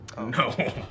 No